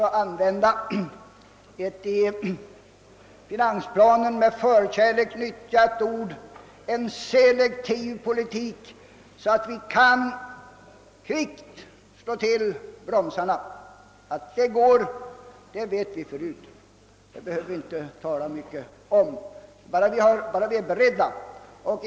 Att detta går vet vi sedan tidigare, bara vi är beredda och inte blir överrumplade. Det blir då i första hand att återställa skatteläget till dagens situation.